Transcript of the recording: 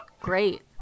Great